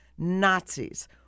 Nazis